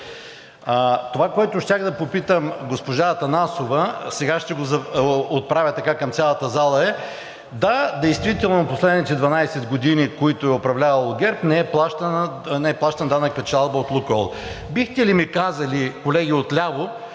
Това, което щях да попитам госпожа Атанасова, сега ще го отправя към цялата зала. Да, действително в последните 12 години, в които е управлявал ГЕРБ, не е плащан данък печалба от „Лукойл“. Бихте ли ми казали, колеги отляво,